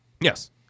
Yes